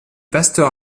pasteur